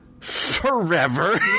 forever